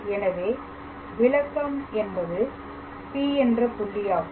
எனவே விளக்கம் என்பது P என்ற புள்ளியாகும்